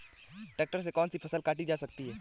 Tractor से कौन सी फसल काटी जा सकती हैं?